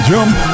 Jump